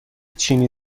چینی